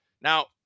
Now